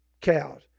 cows